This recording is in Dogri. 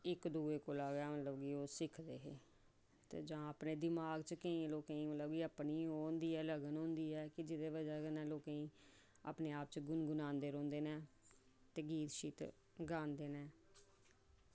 ते इक दुए कोला गै मतलब ओह् सिक्खदे हे ते जां फ्ही अपने दमाग केईं लोकें गी अपनी ओह् होंदी ऐ लगन होंदी ऐ जेह्दी बजह कन्नै ओह् अपने आप च गुनगुनांदे रौंह्दे न ते गीत गांदे न